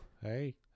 Hey